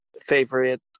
favorite